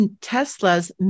Tesla's